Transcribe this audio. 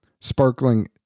sparkling